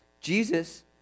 Jesus